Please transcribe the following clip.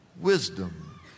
wisdom